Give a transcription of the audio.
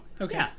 okay